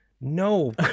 No